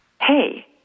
hey